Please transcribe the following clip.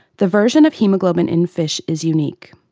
the version of haemoglobin in fish is unique.